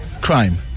Crime